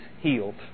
healed